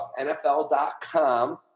NFL.com